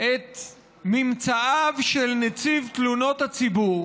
את ממצאיו של נציב תלונות הציבור,